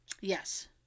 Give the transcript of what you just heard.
Yes